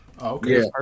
okay